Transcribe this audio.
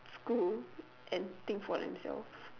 school and think for themselves